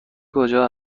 کجا